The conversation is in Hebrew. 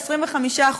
הרשות מתגברת ב-25%,